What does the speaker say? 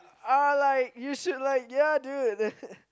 uh like you should like ya dude